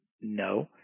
no